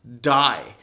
die